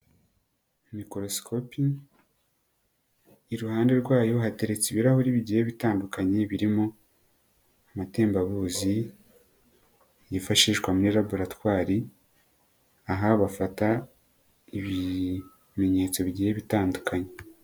Mikorosikopi, iruhande rwayo hateretse ibirahuri bigiye bitandukanye birimo, amatembabuzi, yifashishwa muri laboratwari. Aha bafata ibimenyetso bigiye bitandukanye.